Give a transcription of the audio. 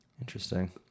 Interesting